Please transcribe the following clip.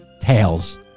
tales